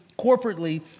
corporately